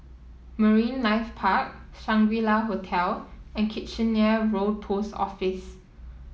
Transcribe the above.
Marine Life Park Shangri La Hotel and Kitchener Road Post Office